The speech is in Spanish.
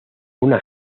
una